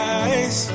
eyes